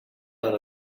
out